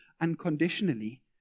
unconditionally